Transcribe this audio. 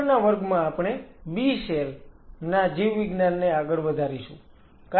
આગળના વર્ગમાં આપણે B સેલ ના જીવવિજ્ઞાનને આગળ વધારીશું